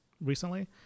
recently